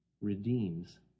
redeems